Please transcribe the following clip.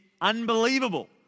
unbelievable